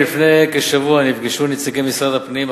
לפני כשבוע נפגשו נציגי משרד הפנים,